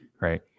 right